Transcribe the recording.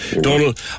Donald